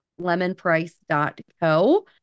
lemonprice.co